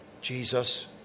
Jesus